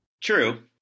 True